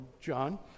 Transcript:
John